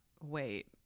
wait